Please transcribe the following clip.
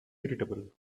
irritable